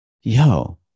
yo